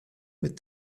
with